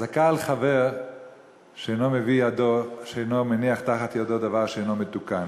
חזקה על חבר שאינו מניח מתחת ידו דבר שאינו מתוקן,